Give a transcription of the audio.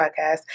Podcast